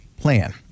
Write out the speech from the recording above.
plan